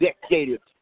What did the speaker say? decades